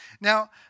Now